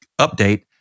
update